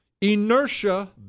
inertia